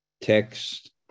Text